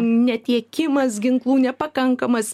netiekimas ginklų nepakankamas